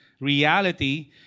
reality